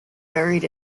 buried